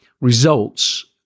results